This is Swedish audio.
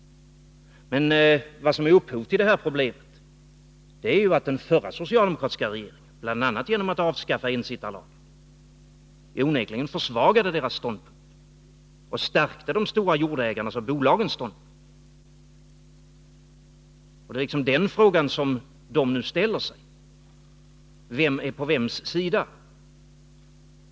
Vad som är upphovet till det här problemet är ju att den förra socialdemokratiska regeringen, bl.a. genom att avskaffa ensittarlagen, onekligen försvagade deras ställning och stärkte de stora jordägarnas och bolagens ställning. Den fråga som de ställer sig är alltså: Vem är på vems sida?